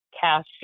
cash